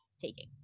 taking